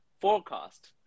forecast